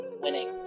winning